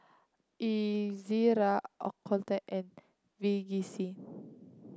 Ezerra Ocuvite and Vagisil